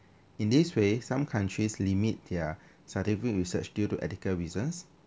in this way some countries limit their scientific research due to ethical reasons